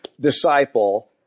disciple